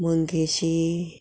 Mangeshi